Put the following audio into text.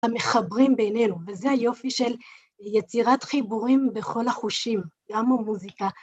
המחברים בינינו, וזה היופי של יצירת חיבורים בכל החושים, גם במוזיקה.